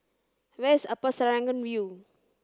where is Upper Serangoon View